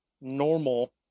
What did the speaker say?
normal